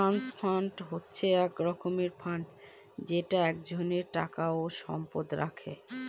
trust fund হচ্ছে এক রকমের ফান্ড যেটা একজনের টাকা ও সম্পত্তি রাখে